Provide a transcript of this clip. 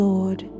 Lord